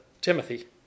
Timothy